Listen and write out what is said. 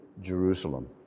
Jerusalem